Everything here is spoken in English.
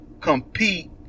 compete